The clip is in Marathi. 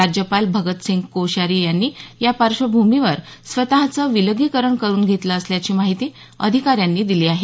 राज्यपाल भगतसिंह कोश्यारी यांनी या पार्श्वभूमीवर स्वतःचं विलगीकरण करून घेतलं असल्याची माहिती अधिकाऱ्यांनी दिली आहे